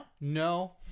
No